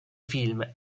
film